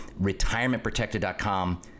retirementprotected.com